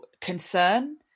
concern